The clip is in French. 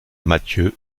mathieu